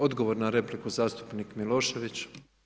Odgovor na repliku zastupnik Milošević.